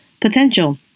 Potential